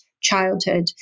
childhood